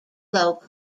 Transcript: low